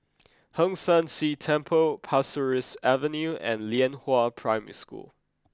Hong San See Temple Pasir Ris Avenue and Lianhua Primary School